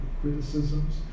criticisms